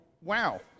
Wow